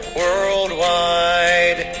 worldwide